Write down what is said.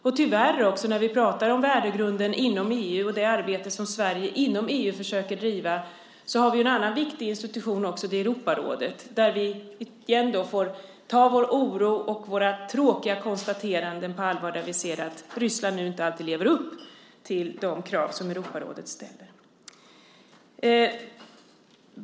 Och tyvärr: När vi pratar om värdegrunden inom EU och det arbete som Sverige inom EU försöker driva har vi ju en annan viktig institution också, Europarådet, där vi igen får ta vår oro och våra tråkiga konstateranden på allvar när vi ser att Ryssland nu inte alltid lever upp till de krav som Europarådet ställer.